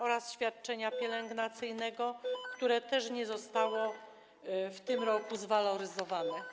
oraz świadczenia pielęgnacyjnego, które też nie zostało w tym roku zwaloryzowane?